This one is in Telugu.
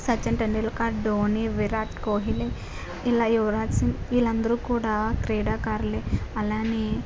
సచిన్ టెండూల్కర్ ధోని విరాట్ కోహ్లీ ఇలా యువరాజ్ సింగ్ వీళ్ళందరూ కూడా క్రీడాకారులే అలానే